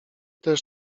też